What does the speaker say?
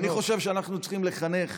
אני חושב שאנחנו צריכים לחנך